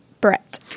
Brett